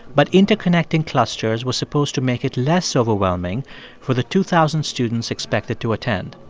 but interconnecting clusters was supposed to make it less overwhelming for the two thousand students expected to attend.